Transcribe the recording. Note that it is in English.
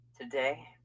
Today